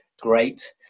great